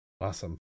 Awesome